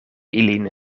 ilin